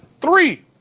three